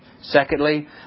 Secondly